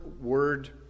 word